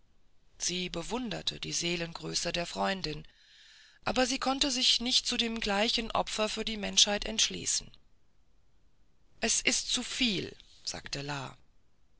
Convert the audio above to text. sie bewunderte die seelengröße der freundin aber sie konnte sich nicht zu dem gleichen opfer für die menschheit entschließen es ist zu viel sagte